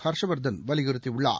ஹர்ஷ்வர்தன் வலியுறுத்தியுள்ளார்